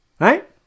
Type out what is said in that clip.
Right